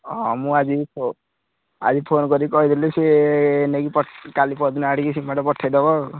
ହଁ ମୁଁ ଆଜି ଆଜି ଫୋନ୍ କରି କହିଦେଲେ ସେ ନେଇକି କାଲି ପହରଦିନ ଆଡ଼ିକି ସିମେଣ୍ଟ୍ ପଠାଇଦେବ ଆଉ